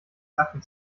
sacken